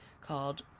called